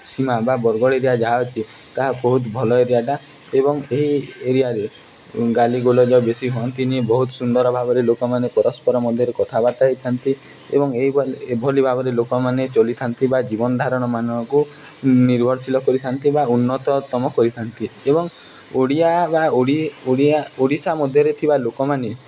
ସୀମା ବା ବରଗଡ଼ ଏରିଆ ଯାହା ଅଛି ତାହା ବହୁତ ଭଲ ଏରିଆଟା ଏବଂ ଏହି ଏରିଆରେ ଗାଲିଗୋଲଜ ବେଶୀ ହୁଅନ୍ତିନି ବହୁତ ସୁନ୍ଦର ଭାବରେ ଲୋକମାନେ ପରସ୍ପର ମଧ୍ୟରେ କଥାବାର୍ତ୍ତା ହୋଇଥାନ୍ତି ଏବଂ ଏହିଭଳି ଏଭଳି ଭାବରେ ଲୋକମାନେ ଚଲିଥାନ୍ତି ବା ଜୀବନ ଧାରଣମାନକୁ ନିର୍ଭରଶୀଳ କରିଥାନ୍ତି ବା ଉନ୍ନତତମ କରିଥାନ୍ତି ଏବଂ ଓଡ଼ିଆ ବା ଓଡ଼ିଶା ମଧ୍ୟରେ ଥିବା ଲୋକମାନେ